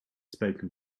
spoken